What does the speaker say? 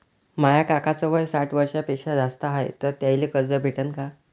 माया काकाच वय साठ वर्षांपेक्षा जास्त हाय तर त्याइले कर्ज भेटन का?